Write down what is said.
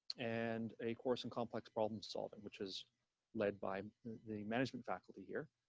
and a course in complex problem solving which is led by the management faculty here.